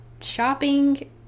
shopping